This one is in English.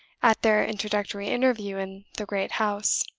at their introductory interview in the great house,